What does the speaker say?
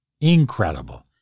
Incredible